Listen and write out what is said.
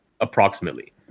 approximately